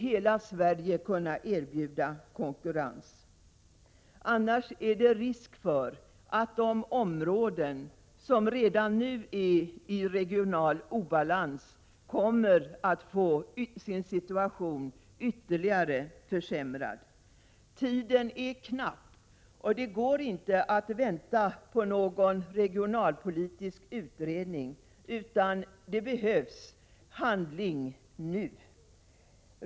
Hela Sverige måste kunna erbjuda konkurrens, för annars är det risk för att de områden som redan nu har regional obalans kommer att få sin situation ytterligare försämrad. Tiden är knapp. Det går inte att vänta på någon regionalpolitisk utredning, utan det behövs handling nu.